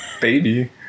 Baby